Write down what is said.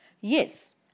Yes